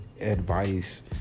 advice